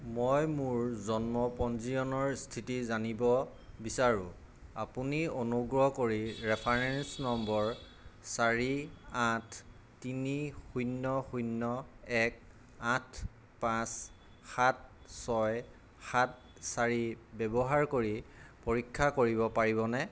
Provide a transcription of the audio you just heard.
মই মোৰ জন্ম পঞ্জীয়নৰ স্থিতি জানিব বিচাৰোঁ আপুনি অনুগ্ৰহ কৰি ৰেফাৰেন্স নম্বৰ চাৰি আঠ তিনি শূন্য শূন্য এক আঠ পাঁচ সাত ছয় সাত চাৰি ব্যৱহাৰ কৰি পৰীক্ষা কৰিব পাৰিবনে